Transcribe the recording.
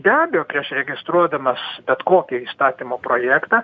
be abejo prieš registruodamas bet kokį įstatymo projektą